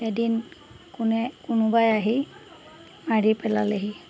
এদিন কোনে কোনোবাই আহি মাৰি পেলালেহি